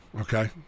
okay